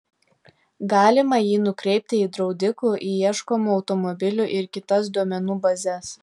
galima jį nukreipti į draudikų į ieškomų automobilių ir kitas duomenų bazes